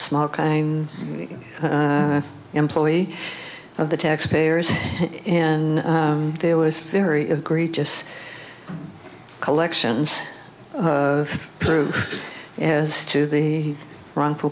small kind of employee of the taxpayers and there was very egregious collections of proof as to the wrongful